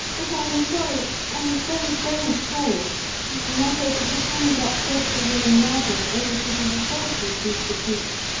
but i am sorry, i am very, very sorry you were not able to hand that dreadful woman, margot, over to the authorities, mr. cleek,